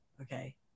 Okay